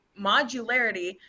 modularity